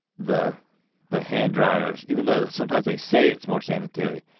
the the hand dryers, even though sometimes they say it's more sanitary,